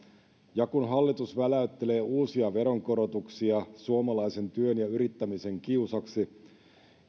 ja kun hallitus väläyttelee uusia veronkorotuksia suomalaisen työn ja yrittämisen kiusaksi